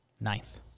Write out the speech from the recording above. Ninth